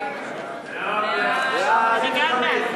ההצעה להעביר את